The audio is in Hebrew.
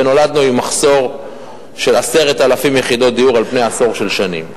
ונולדנו עם מחסור של 10,000 יחידות דיור על פני עשר שנים.